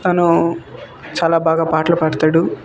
తను చాలా బాగా పాటలు పాడతాడు